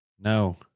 No